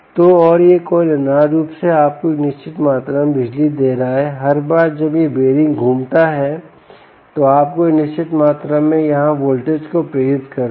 तो और यह कॉइल अनिवार्य रूप से आपको एक निश्चित मात्रा में बिजली दे रहा हैहर बार जब यह बीयररिंग घूमता है तो यह एक निश्चित मात्रा में यहां वोल्टेज को प्रेरित करता है